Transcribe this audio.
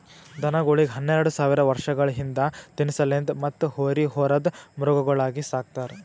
ದನಗೋಳಿಗ್ ಹನ್ನೆರಡ ಸಾವಿರ್ ವರ್ಷಗಳ ಹಿಂದ ತಿನಸಲೆಂದ್ ಮತ್ತ್ ಹೋರಿ ಹೊರದ್ ಮೃಗಗಳಾಗಿ ಸಕ್ತಾರ್